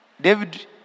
David